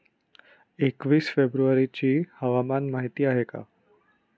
एकवीस फेब्रुवारीची हवामान माहिती आहे का?